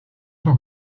tant